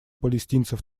палестинцев